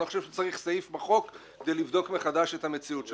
אני לא חושב שצריך סעיף בחוק כדי לבדוק מחדש את המציאות שלו.